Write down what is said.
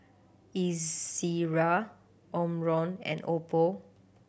Ezerra Omron and Oppo